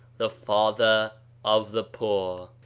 the father of the poor.